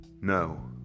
No